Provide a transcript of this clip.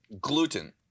Gluten